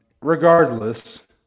regardless